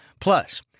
Plus